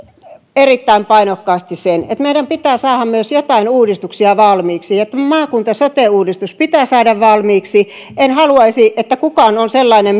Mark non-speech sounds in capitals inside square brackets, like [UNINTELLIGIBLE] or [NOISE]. erittäin painokkaasti sen että meidän pitää saada myös joitain uudistuksia valmiiksi että maakunta ja sote uudistus pitää saada valmiiksi en haluaisi että kukaan on sellainen [UNINTELLIGIBLE]